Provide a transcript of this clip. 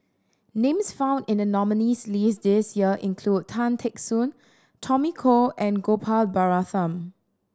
names found in the nominees' list this year include Tan Teck Soon Tommy Koh and Gopal Baratham